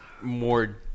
more